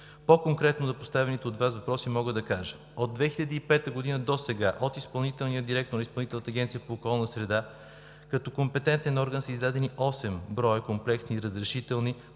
По конкретно поставените от Вас въпроси мога да кажа следното: От 2005 г. досега от изпълнителния директор на Изпълнителната агенция по околна среда, като компетентен орган, са издадени 8 броя комплексни разрешителни